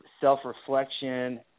self-reflection